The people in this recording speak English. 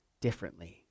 differently